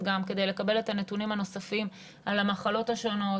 גם כדי לקבל את הנתונים הנוספים על המחלות השונות,